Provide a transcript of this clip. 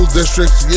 districts